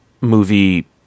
movie